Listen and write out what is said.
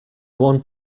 one